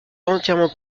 entièrement